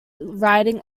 riding